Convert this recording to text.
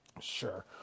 Sure